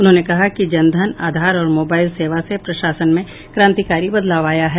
उन्होंने कहा कि जनधन आधार और मोबाइल सेवा से प्रशासन में क्रांतिकारी बदलाव आया है